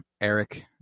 Eric